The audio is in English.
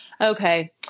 Okay